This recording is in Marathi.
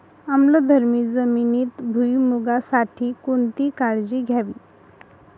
आम्लधर्मी जमिनीत भुईमूगासाठी कोणती काळजी घ्यावी?